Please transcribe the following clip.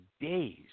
days